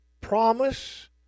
promise